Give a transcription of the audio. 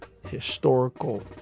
historical